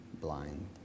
blind